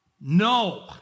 No